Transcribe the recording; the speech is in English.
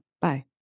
Bye